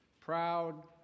proud